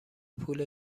پول